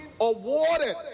awarded